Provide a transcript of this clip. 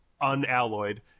unalloyed